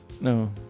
No